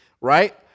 right